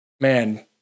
man